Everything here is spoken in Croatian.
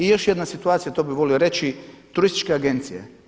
I još jedna situacija to bih volio reći turističke agencije.